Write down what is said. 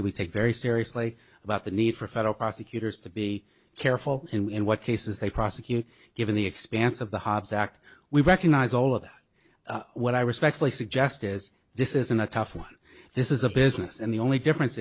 that we take very seriously about the need for federal prosecutors to be careful in what cases they prosecute given the expanse of the hobbs act we recognize all of them what i respectfully suggest is this isn't a tough one this is a business and the only difference